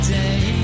day